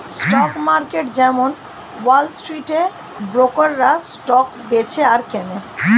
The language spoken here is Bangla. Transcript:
স্টক মার্কেট যেমন ওয়াল স্ট্রিটে ব্রোকাররা স্টক বেচে আর কেনে